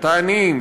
את העניים,